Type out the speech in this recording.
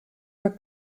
were